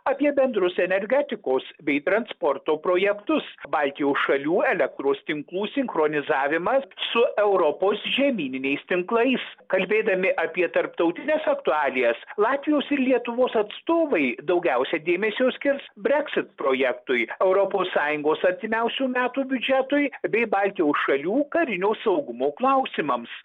apie bendrus energetikos bei transporto projektus baltijos šalių elektros tinklų sinchronizavimą su europos žemyniniais tinklais kalbėdami apie tarptautines aktualijas latvijos ir lietuvos atstovai daugiausiai dėmesio skirs breksit projektui europos sąjungos artimiausių metų biudžetui bei baltijos šalių karinio saugumo klausimams